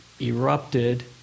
erupted